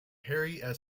harry